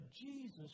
Jesus